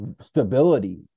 stability